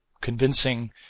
convincing